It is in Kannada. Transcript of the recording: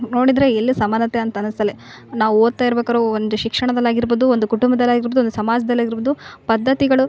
ನೋಡಿದರೆ ಎಲ್ಲು ಸಮಾನತೆ ಅಂತ ಅನ್ಸಲ್ಲ ನಾವು ಓದ್ತಾ ಇರ್ಬೇಕಾದರೆ ಒಂದು ಶಿಕ್ಷಣದಲ್ಲಾಗಿರ್ಬೋದು ಒಂದು ಕುಟುಂಬದಲ್ಲಾಗಿರ್ಬೋದು ಒಂದು ಸಮಾಜದಲ್ಲಾಗಿರ್ಬೋದು ಪದ್ಧತಿಗಳು